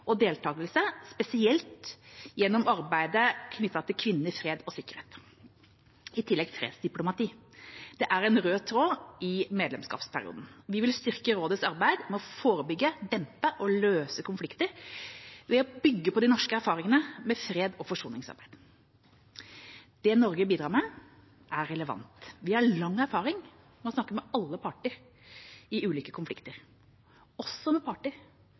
og deltakelse spesielt gjennom arbeidet knyttet til kvinner, fred og sikkerhet. I tillegg er fredsdiplomati en rød tråd i medlemskapsperioden. Vi vil styrke rådets arbeid med å forebygge, dempe og løse konflikter ved å bygge på norske erfaringer med freds- og forsoningsarbeid. Det Norge bidrar med, er relevant. Vi har lang erfaring i å snakke med alle parter i ulike konflikter, også med parter